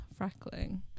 freckling